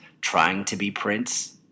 trying-to-be-Prince